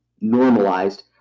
normalized